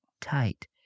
Tight